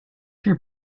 your